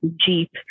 Jeep